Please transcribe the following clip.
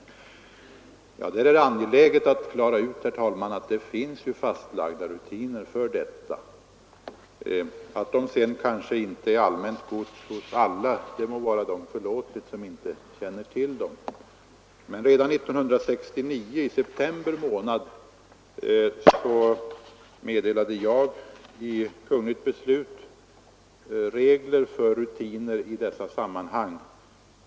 Det är angeläget att förklara att det finns fastlagda rutiner för detta. Då dessa bestämmelser inte är allmänt gods må det dock vara förlåtligt om man inte känner till dem. Redan i september månad 1969 meddelade jag i kungl. beslut regler för rutiner i detta sammanhang.